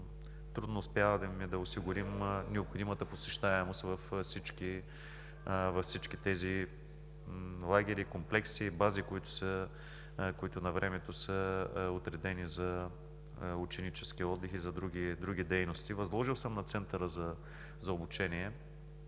трудно успяваме да осигурим необходимата посещаемост във всички тези лагери, комплекси и бази, които навремето са отредени за ученически отдих и за други дейности. Възложил съм на директора на Центъра